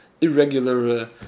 irregular